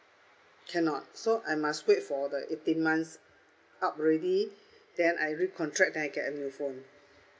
cannot so I must wait for the eighteen months up already then I recontract then I get a new phone